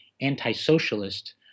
anti-socialist